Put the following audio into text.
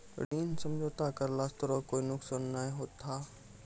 ऋण समझौता करला स तोराह कोय नुकसान नाय होथा